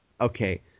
okay